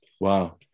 Wow